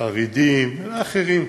החרדים, אחרים,